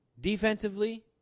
defensively